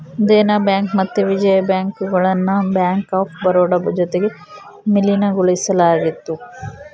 Dena bank ಮತ್ತೆ Vijaya bank ಗುಳ್ನ bank of Baroda ಜೊತಿಗೆ ವಿಲೀನಗೊಳಿಸಲಾಯಿತು